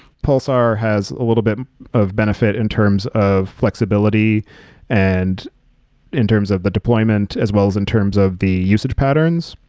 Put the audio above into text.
pulsar has a little bit of benefit in terms of flexibility and in terms of the deployment as well as in terms of the usage patterns.